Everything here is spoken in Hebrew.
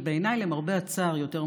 ובעיניי יותר משפיעים,